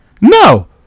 No